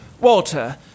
Walter